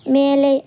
மேலே